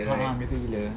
a'ah merepek gila